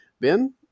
Ben